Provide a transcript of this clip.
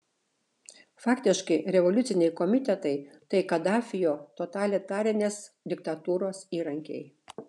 faktiškai revoliuciniai komitetai tai kadafio totalitarinės diktatūros įrankiai